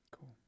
Cool